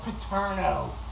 Paterno